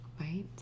right